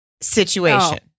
situation